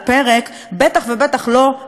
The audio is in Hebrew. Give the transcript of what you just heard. בטח ובטח לא להרחיב אותה,